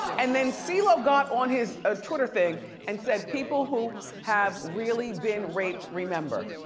and then so ceelo got on his ah twitter thing and said people who have really been raped remember.